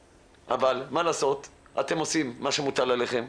אבל, מה לעשות, אתם עושים מה שמוטל עליכם,